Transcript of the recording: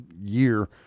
year